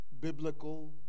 biblical